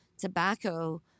Tobacco